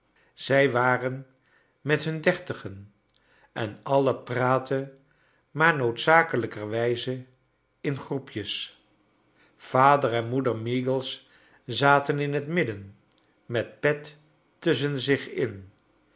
zij waren met hun dertigen en alien praatten maar noodzakelijkerwijze in groepjes yader en moeder meagles zaten in het midden met pet tusschen zich in